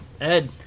Ed